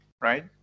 right